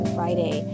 Friday